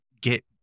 get